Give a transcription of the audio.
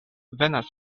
venas